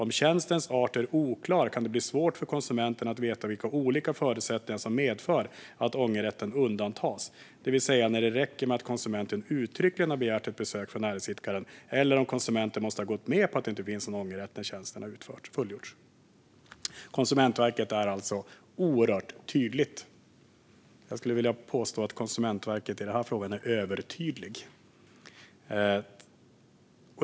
Om tjänstens art är oklar kan det bli svårt för konsumenten att veta vilka olika förutsättningar som medför att ångerrätten undantas, det vill säga när det räcker med att konsumenten uttryckligen har begärt ett besök från näringsidkaren eller om konsumenten måste ha gått med på att det inte finns någon ångerrätt när tjänsten har fullgjorts." Konsumentverket är alltså oerhört tydligt. Jag skulle vilja påstå att Konsumentverket i den här frågan är övertydligt.